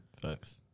Thanks